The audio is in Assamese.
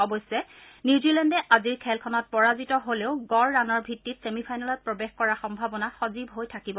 অৱশ্যে নিউজিলেণ্ডে আজিৰ খেলখনত পৰাজিত হ'লেও গড় ৰাণৰ ভিত্তিত ছেমি ফাইনেলত প্ৰৱেশ কৰাৰ সম্ভাৱনা সজীৱ হৈ থাকিব